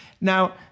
Now